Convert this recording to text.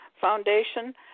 foundation